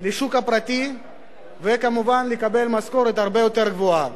לשוק הפרטי וכמובן לקבל משכורת הרבה יותר גבוהה.